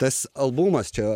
tas albumas čia